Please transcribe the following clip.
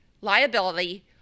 liability